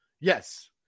Yes